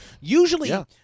Usually